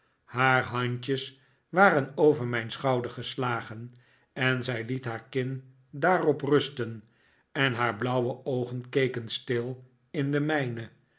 haar handjes waren over mijn schouder gestagen en zij liet haar kin daarop rusten en haar blauwe oogen keken stil in de mijne